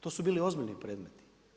To su bili ozbiljni predmeti.